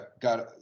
Got